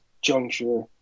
juncture